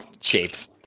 shapes